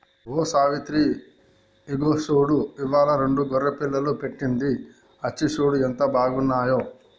ఓ సావిత్రి ఇగో చూడు ఇవ్వాలా రెండు గొర్రె పిల్లలు పెట్టింది అచ్చి సూడు ఎంత బాగున్నాయో